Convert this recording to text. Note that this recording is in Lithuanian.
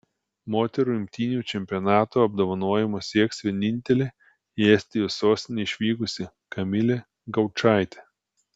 moterų imtynių čempionato apdovanojimo sieks vienintelė į estijos sostinę išvykusi kamilė gaučaitė